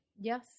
Yes